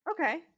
okay